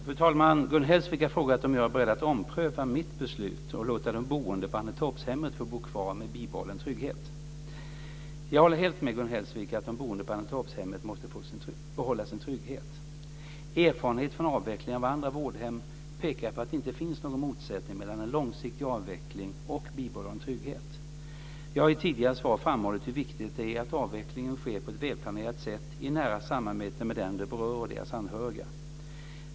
Fru talman! Gun Hellsvik har frågat om jag är beredd att ompröva mitt beslut och låta de boende på Annetorpshemmet få bo kvar med bibehållen trygghet. Jag håller helt med Gun Hellsvik att de boende på Annetorpshemmet måste få behålla sin trygghet. Erfarenheter från avveckling av andra vårdhem pekar på att det inte finns någon motsättning mellan en långsiktig avveckling och bibehållen trygghet. Jag har i tidigare svar framhållit hur viktigt det är att avvecklingen sker på ett välplanerat sätt i nära samarbete med dem det berör och deras anhöriga.